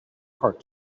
hard